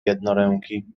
jednoręki